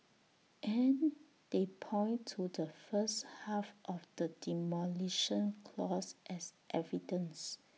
and they point to the first half of the Demolition Clause as evidence